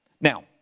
Now